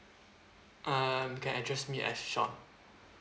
um can address me as sean